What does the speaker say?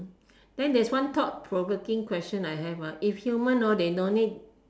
then there's one thought provoking question I have ah if human hor they no need